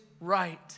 right